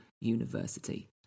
University